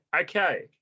Okay